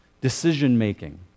Decision-making